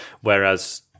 whereas